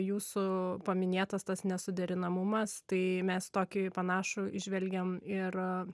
jūsų paminėtas tas nesuderinamumas tai mes tokį panašų įžvelgiam ir